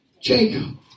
Jacob